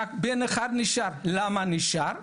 רק בן אחד נשאר, למה נשאר?